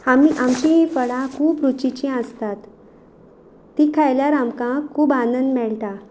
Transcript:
आमी आमचीं फळां खूब रुचीचीं आसतात तीं खायल्यार आमकां खूब आनंद मेळटा